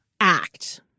act